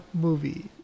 movie